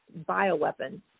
bioweapons